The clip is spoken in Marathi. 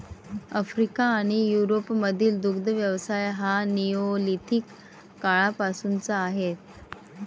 आफ्रिका आणि युरोपमधील दुग्ध व्यवसाय हा निओलिथिक काळापासूनचा आहे